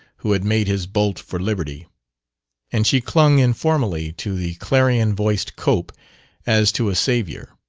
who had made his bolt for liberty and she clung informally to the clarion-voiced cope as to a savior.